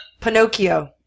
Pinocchio